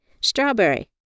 strawberry